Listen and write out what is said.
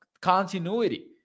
continuity